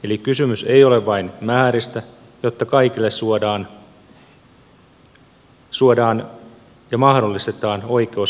eli kysymys ei ole vain määristä jotta kaikille suodaan ja mahdollistetaan oikeus arvokkaaseen ikääntymiseen